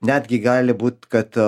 netgi gali būt kad